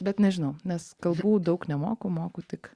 bet nežinau nes kalbų daug nemoku moku tik